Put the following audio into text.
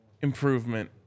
improvement